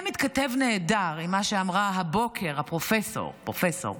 זה מתכתב נהדר עם מה שאמרה הבוקר הפרופ' פרופסור,